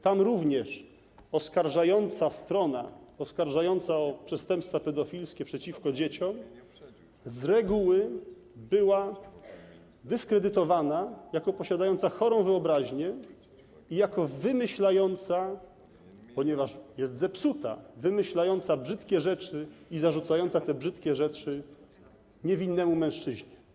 Tam również strona oskarżająca o przestępstwa pedofilskie, przeciwko dzieciom, z reguły była dyskredytowana jako posiadająca chorą wyobraźnię i jako wymyślająca, ponieważ jest zepsuta, wymyślająca brzydkie rzeczy i zarzucająca te brzydkie rzeczy niewinnemu mężczyźnie.